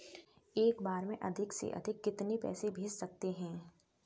एक बार में अधिक से अधिक कितने पैसे भेज सकते हैं?